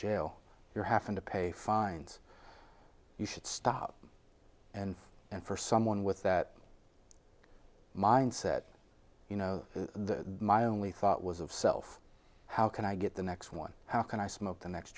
jail you're having to pay fines you should stop and for someone with that mindset you know the my only thought was of self how can i get the next one how can i smoke the next